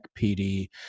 PD